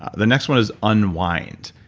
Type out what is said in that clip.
the next one is unwind.